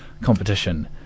competition